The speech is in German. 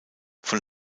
von